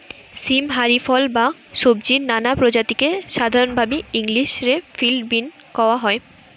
সীম হারি ফল বা সব্জির নানা প্রজাতিকে সাধরণভাবি ইংলিশ রে ফিল্ড বীন কওয়া হয়